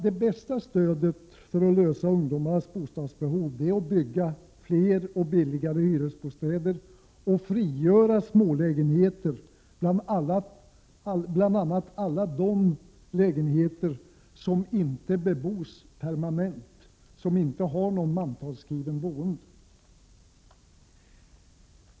Det bästa stödet för att lösa ungdomarnas bostadsbehov är att bygga fler och billigare hyresbostäder och frigöra smålägenheter, bl.a. alla de lägenheter som inte bebos permanent, dvs. där det inte finns någon mantalsskriven boende.